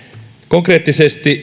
konkreettisesti